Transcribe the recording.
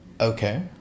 Okay